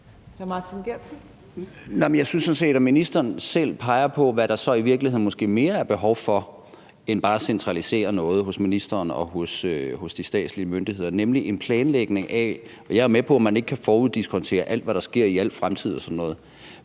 set, at ministeren selv peger på, hvad der så i virkeligheden måske mere er behov for end bare at centralisere magten hos ministeren og hos de statslige myndigheder, nemlig planlægning. Og jeg er med på, at man ikke kan foruddiskontere alt, hvad der sker i al fremtid og sådan noget,